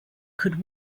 could